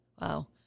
Wow